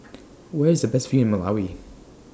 Where IS The Best View in Malawi